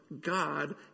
God